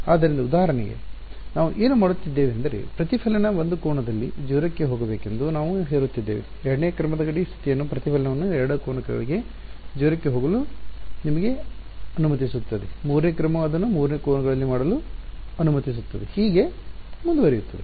ಆದ್ದರಿಂದ ಉದಾಹರಣೆಗೆ ನಾವು ಏನು ಮಾಡುತ್ತಿದ್ದೇವೆಂದರೆ ಪ್ರತಿಫಲನ 1 ಕೋನದಲ್ಲಿ 0 ಕ್ಕೆ ಹೋಗಬೇಕೆಂದು ನಾವು ಹೇರುತ್ತಿದ್ದೇವೆ ಎರಡನೇ ಕ್ರಮದ ಗಡಿ ಸ್ಥಿತಿಯು ಪ್ರತಿಫಲನವನ್ನು 2 ಕೋನಗಳಲ್ಲಿ 0 ಗೆ ಹೋಗಲು ನಿಮಗೆ ಅನುಮತಿಸುತ್ತದೆ 3 ನೇ ಕ್ರಮವು ಅದನ್ನು 3 ಕೋನಗಳಲ್ಲಿ ಮಾಡಲು ಅನುಮತಿಸುತ್ತದೆ ಮತ್ತು ಹೀಗೆ ಮುಂದುವರಿಯುತ್ತದೆ